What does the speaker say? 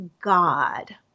God